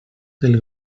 del